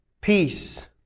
peace